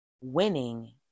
winning